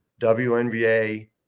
WNBA